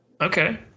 Okay